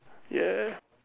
ya